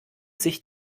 sich